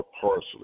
Parsley